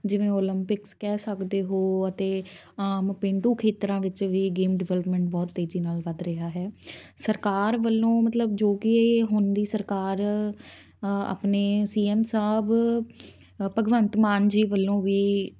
ਜਿਵੇਂ ਓਲੰਪਿਕਸ ਕਹਿ ਸਕਦੇ ਹੋ ਅਤੇ ਆਮ ਪੇਂਡੂ ਖੇਤਰਾਂ ਵਿੱਚ ਵੀ ਗੇਮ ਡਿਵੈਲਪਮੈਂਟ ਬਹੁਤ ਤੇਜ਼ੀ ਨਾਲ ਵੱਧ ਰਿਹਾ ਹੈ ਸਰਕਾਰ ਵੱਲੋਂ ਮਤਲਬ ਜੋ ਕਿ ਇਹ ਹੁਣ ਦੀ ਸਰਕਾਰ ਆਪਣੇ ਸੀ ਐਮ ਸਾਹਿਬ ਭਗਵੰਤ ਮਾਨ ਜੀ ਵੱਲੋਂ ਵੀ